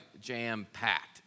jam-packed